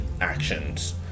actions